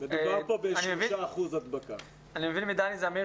מדובר פה בהדבקה של 3%. אני מבין מדני זמיר